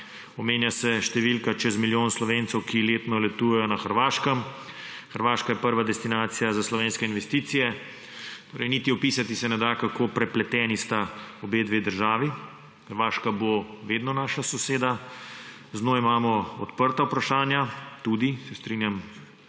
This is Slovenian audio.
omenja se številka čez milijon Slovencev, ki letno letujejo na Hrvaškem. Hrvaška je prva destinacija za slovenske investicije. Torej niti opisati se ne da, kako prepleteni sta obe dve državi. Hrvaška bo vedno naša soseda. Z njo imamo odprta vprašanja, tudi, se strinjam